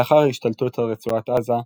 לאחר ההשתלטות על רצועת עזה,